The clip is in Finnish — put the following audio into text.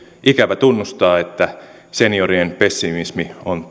ikävä tunnustaa että seniorien pessimismi on